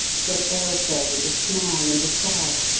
said ailsa with a smile and a sigh.